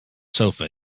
sofa